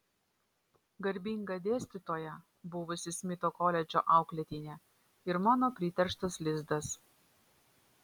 garbinga dėstytoja buvusi smito koledžo auklėtinė ir mano priterštas lizdas